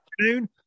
afternoon